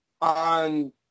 on